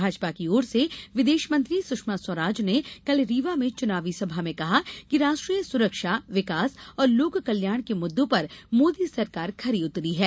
भाजपा की ओर से विदेशमंत्री सुषमा स्वराज ने कल रीवा में चुनावी सभा में कहा कि राष्ट्रीय सुरक्षा विकास और लोक कल्याण के मुद्दों पर मोदी सरकार खरी उतरी है